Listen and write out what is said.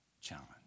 challenge